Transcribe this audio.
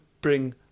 bring